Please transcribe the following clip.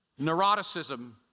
neuroticism